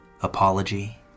Apology